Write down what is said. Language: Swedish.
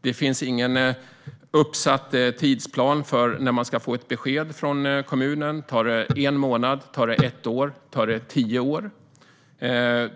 Det finns ingen uppsatt tidsplan för när man ska få ett besked från kommunen. Tar det en månad? Tar det ett år? Tar det tio år?